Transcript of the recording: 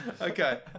Okay